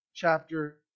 Chapter